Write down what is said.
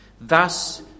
thus